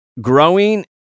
growing